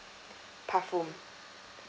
patpun